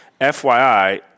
FYI